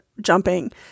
jumping